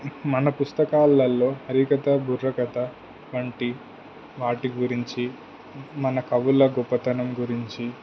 మన పుస్తకాలలో హరికథ బుర్రకథ వంటి వాటి గురించి మన కవుల గొప్పతనం గురించి